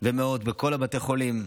ומאות בכל בתי החולים,